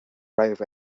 right